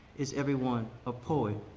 is everyone a poet?